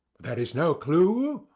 there is no clue?